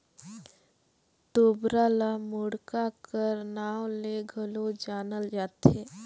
तोबरा ल मुड़क्का कर नाव ले घलो जानल जाथे